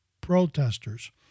protesters